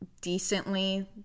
decently